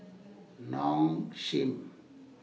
Nong Shim